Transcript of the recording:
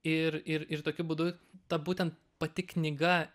ir ir ir tokiu būdu ta būtent pati knyga